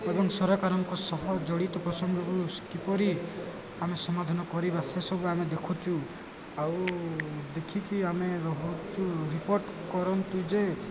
ଏବଂ ସରକାରଙ୍କ ସହ ଜଡ଼ିତ ପ୍ରସଙ୍ଗକୁ କିପରି ଆମେ ସମାଧାନ କରିବା ସେସବୁ ଆମେ ଦେଖୁଛୁ ଆଉ ଦେଖିକି ଆମେ ରହୁଛୁ ରିପୋର୍ଟ୍ କରନ୍ତୁ ଯେ